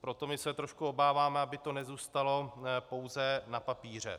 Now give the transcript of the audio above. proto se trošku obáváme, aby to nezůstalo pouze na papíře.